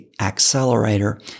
Accelerator